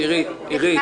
אנחנו